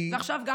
ועכשיו גם,